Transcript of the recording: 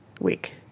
week